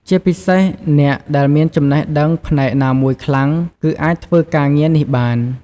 ជាពិសេសអ្នកដែលមានចំណេះដឹងផ្នែកណាមួយខ្លាំង គឺអាចធ្វើការងារនេះបាន។